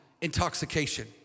intoxication